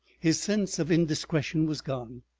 his sense of indiscretion was gone.